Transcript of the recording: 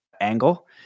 angle